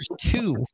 two